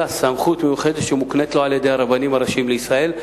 אלא זו סמכות מיוחדת שמוקנית לו על-ידי הרבנים הראשיים לישראל.